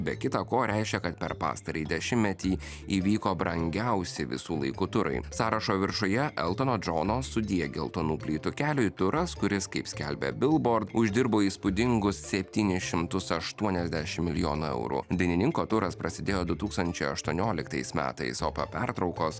be kita ko reiškia kad per pastarąjį dešimtmetį įvyko brangiausi visų laikų turai sąrašo viršuje eltono džono sudie geltonų plytų keliui turas kuris kaip skelbia billboard uždirbo įspūdingus septynis šimtus aštuoniasdešim milijonų eurų dainininko turas prasidėjo du tūkstančiai aštuonioliktais metais o po pertraukos